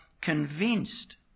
convinced